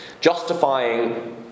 justifying